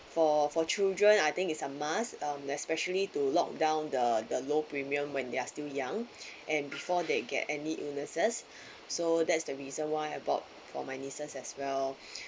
actually I'm a very firm believer of insurance lah so for for children I think it's a must um especially to lock down the the low premium when they are still young and before they get any illnesses so that's the reason why I bought for my nieces as well